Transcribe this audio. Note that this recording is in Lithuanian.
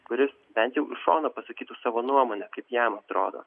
kuris bent jau iš šono pasakytų savo nuomonę kaip jam atrodo